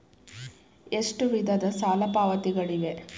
ಎಷ್ಟು ವಿಧದ ಸಾಲ ಪಾವತಿಗಳಿವೆ?